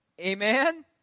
Amen